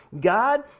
god